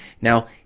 Now